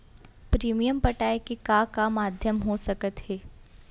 Premium पटाय के का का माधयम हो सकत हे?